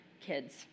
kids